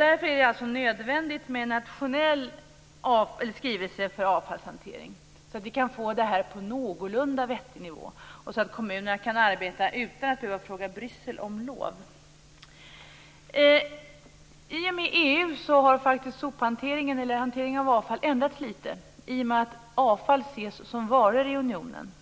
Därför är det nödvändigt med en nationell skrivelse för avfallshantering så att vi kan få det här på en någorlunda vettig nivå och så att kommunerna kan arbeta utan att behöva fråga Bryssel om lov. I och med EU har faktiskt sophanteringen, eller hanteringen av avfall, ändrats lite. Avfall ses som varor i unionen,